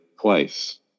twice